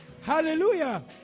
Hallelujah